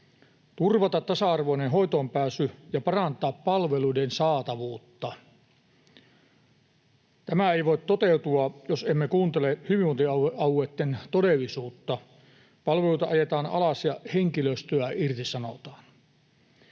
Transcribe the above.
turvata tasa-arvoinen hoitoonpääsy ja parantaa palveluiden saatavuutta. Tämä ei voi toteutua, jos emme kuuntele hyvinvointialueitten todellisuutta. Palveluita ajetaan alas ja henkilöstöä irtisanotaan.